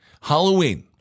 Halloween